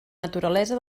naturalesa